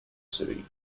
city